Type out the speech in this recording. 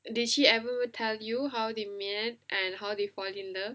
did she ever tell you how they met and how they fall in love